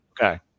Okay